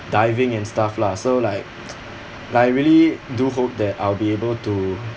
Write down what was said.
diving and stuff lah so like like I really do hope that I'll be able to